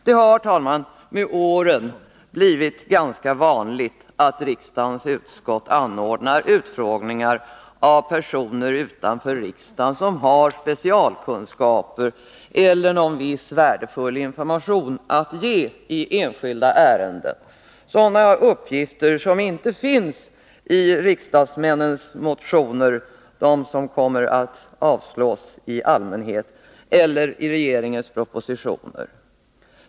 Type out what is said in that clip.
Det har, herr talman, med åren blivit ganska vanligt att riksdagens utskott anordnar utfrågningar av personer utanför riksdagen, som har specialkunskaper eller viss värdefull information att ge i enskilda ärenden. Det är uppgifter som inte finns med i riksdagsmännens motioner — vilka i allmänhet avslås — eller i regeringens propositioner.